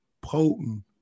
potent